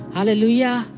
Hallelujah